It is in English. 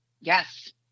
Yes